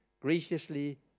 graciously